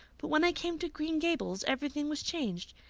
but when i came to green gables everything was changed.